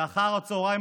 ואחר הצוהריים,